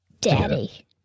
Daddy